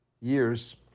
years